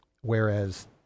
Whereas